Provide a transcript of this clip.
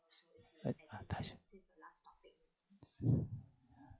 I